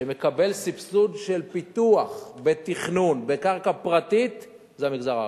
שמקבל סבסוד של פיתוח בתכנון בקרקע פרטית זה המגזר הערבי.